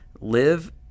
live